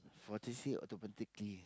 for automatically